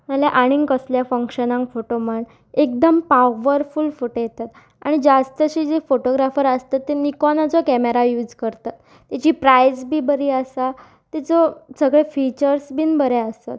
नाल्यार आणीक कसल्या फंक्शनाक फोटो म्हण एकदम पवरफूल फोटो येतात आनी जास्तशे जे फोटोग्राफर आसता ते निकोनाचो कॅमेरा यूज करतात तेची प्रायस बी बरी आसा तेचो सगळे फिचर्स बीन बरें आसत